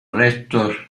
restos